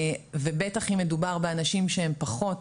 ובטח אם מדובר באנשים שהם פחות